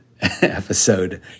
episode